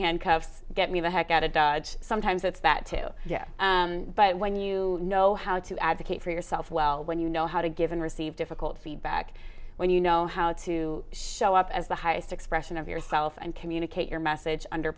handcuffs get me the heck out of dodge sometimes that's that too but when you know how to advocate for yourself well when you know how to give and receive difficult feedback when you know how to show up as the highest expression of yourself and communicate your message under